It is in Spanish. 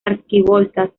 arquivoltas